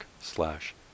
slash